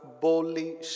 boldly